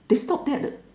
they stopped that